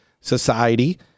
society